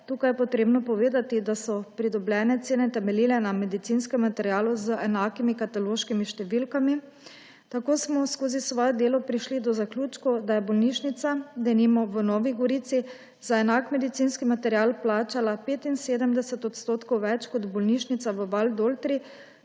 Tukaj je potrebno povedati, da so pridobljene cene temeljile na medicinskem materialu z enakimi kataloškimi številkami. Tako smo skozi svoje delo prišli do zaključkov, da je bolnišnica, denimo v Novi Gorici, za enak medicinski material plačala 75 % več kot bolnišnica v Valdoltri,